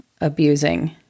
abusing